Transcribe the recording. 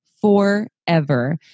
forever